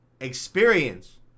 experience